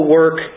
work